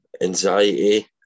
anxiety